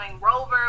Rover